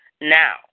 Now